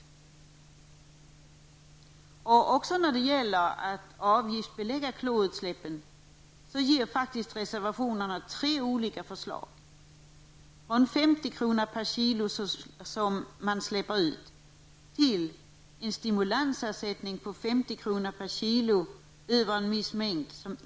Även beträffande ambitionen att avgiftsbelägga klorutsläppen ges tre olika förslag i reservationerna, nämligen en avgift på 50 kr. per kg som släpps ut till en stimulansersättning på 50 kr.